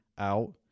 out